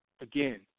Again